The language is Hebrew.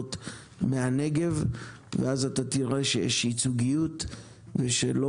אזוריות מהנגב ואז אתה תראה שיש ייצוגיות ושלא